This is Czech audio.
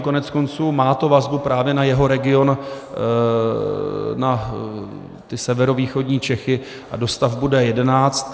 Koneckonců má to vazbu právě na jeho region, na severovýchodní Čechy, dostavbu D11.